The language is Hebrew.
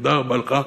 תודה רבה לך.